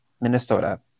Minnesota